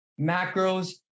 macros